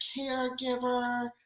caregiver